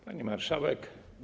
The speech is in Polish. Pani Marszałek!